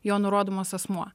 jo nurodomas asmuo